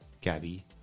Gabby